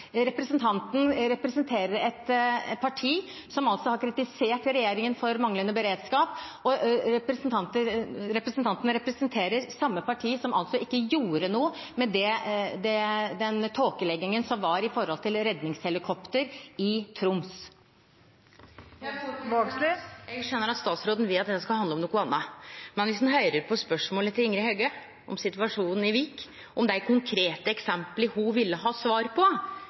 Representanten representerer et parti som har kritisert regjeringen for manglende beredskap, og representanten representerer samme parti som ikke gjorde noe med den tåkeleggingen som var i forbindelse med redningshelikopter i Troms. : Lene Vågslid – til oppfølgingsspørsmål. Eg skjøner at statsråden vil at dette skal handle om noko anna, men om ein høyrer på spørsmålet til Ingrid Heggø om situasjonen i Vik og dei konkrete eksempla ho ville ha svar på,